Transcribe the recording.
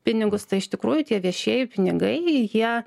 pinigus tai iš tikrųjų tie viešieji pinigai jie